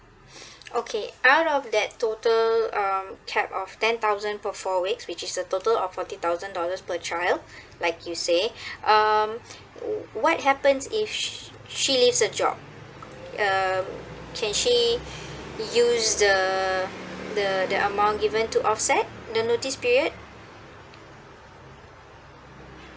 okay out of that total um cap of ten thousand for four weeks which is the total of forty thousand dollars per child like you say um what happens if she she leaves the job uh can she use the the the amount given to offset the notice period